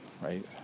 right